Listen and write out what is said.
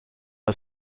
are